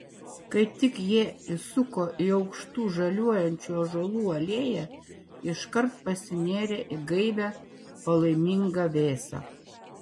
kai tik jie įsuko į aukštų žaliuojančių ąžuolų alėją iškart pasinėrė į gaivią palaimingą vėsą